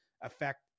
affect